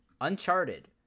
Uncharted